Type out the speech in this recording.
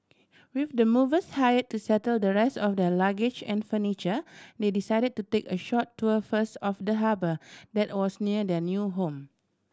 with the movers hire to settle the rest of their luggage and furniture they decided to take a short tour first of the harbour that was near their new home